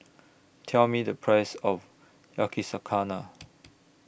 Tell Me The Price of Yakizakana